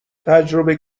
تجربه